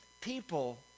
people